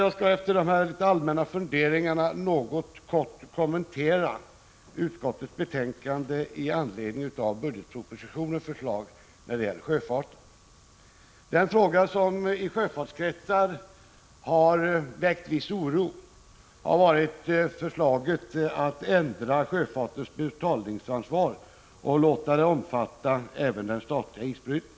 Jag skall efter dessa litet allmänna funderingar kort kommentera utskottets betänkande i anledning av budgetpropositionens förslag när det gäller sjöfarten. Något som i sjöfartskretsar har väckt viss oro har varit förslaget att ändra sjöfartens betalningsansvar och låta det omfatta även den statliga isbrytningen.